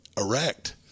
erect